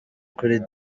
kuri